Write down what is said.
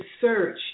search